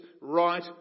right